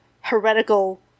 heretical